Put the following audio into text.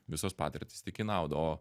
visos patirtys tik į naudą